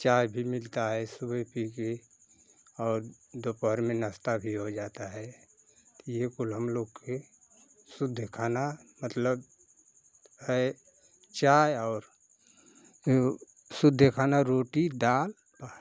चाय भी मिलता है सुबह पी कर और दोपहर में नाश्ता भी हो जाता है तो यह कुल हम लोग का शुद्ध खाना मतलब है चाय और वह शुद्ध खाना रोटी दाल